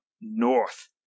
north